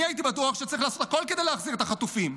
אני הייתי בטוח שצריך לעשות הכול כדי להחזיר את החטופים,